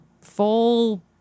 full